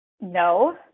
No